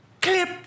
clip